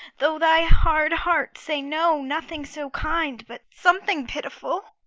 though thy hard heart say no, nothing so kind, but something pitiful!